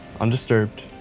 Undisturbed